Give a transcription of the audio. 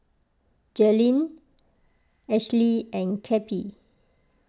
Jalynn Ashlie and Cappie